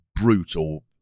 brutal